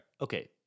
Okay